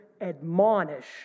admonish